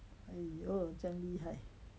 !aiyo! 将厉害